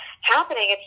happening